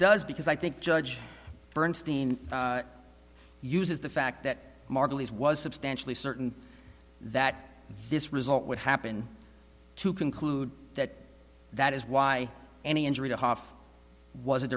does because i think judge bernstein uses the fact that margulies was substantially certain that this result would happen to conclude that that is why any injury to half was